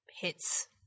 hits